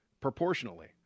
proportionally